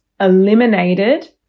eliminated